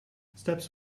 steps